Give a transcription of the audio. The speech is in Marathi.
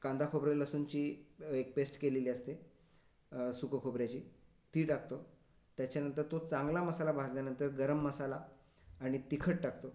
कांदा खोबरं लसूणची अ एक पेस्ट केलेली असते सुकं खोबऱ्याची ती टाकतो त्याच्यानंतर तो चांगला मसाला भाजल्यानंतर गरम मसाला आणि तिखट टाकतो